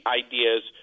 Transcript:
ideas